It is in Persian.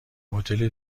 هتل